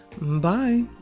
bye